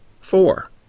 Four